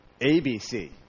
ABC